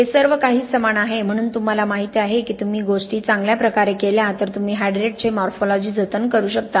हे सर्व काही समान आहे म्हणून तुम्हाला माहित आहे की तुम्ही गोष्टी चांगल्या प्रकारे केल्या तर तुम्ही हायड्रेटचे मॉर्फोलॉजी जतन करू शकता